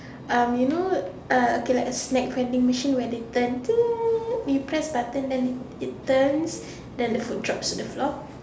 um you know uh okay like a snack vending machine when they turn when you press button then it turns then the food drops to the floor